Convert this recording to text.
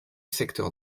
secteur